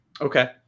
Okay